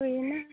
ᱦᱩᱭᱮᱱᱟ